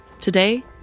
Today